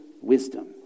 wisdom